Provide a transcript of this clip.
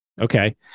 Okay